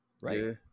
Right